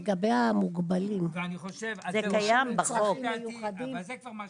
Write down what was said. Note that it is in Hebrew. לגבי המוגבלים ובעלי הצרכים המיוחדים זה קיים בחוק?